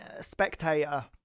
Spectator